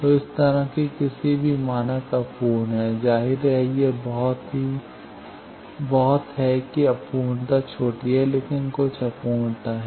तो इस तरह के किसी भी मानक अपूर्ण है जाहिर है यह बहुत है कि अपूर्णता छोटी है लेकिन कुछ अपूर्णता है